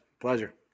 Pleasure